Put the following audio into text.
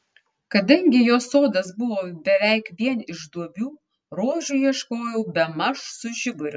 kadangi jos sodas buvo beveik vien iš duobių rožių ieškojau bemaž su žiburiu